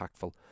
impactful